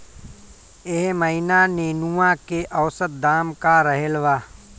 एह महीना नेनुआ के औसत दाम का रहल बा?